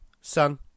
Son